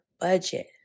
budget